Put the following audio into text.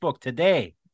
today